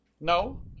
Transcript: No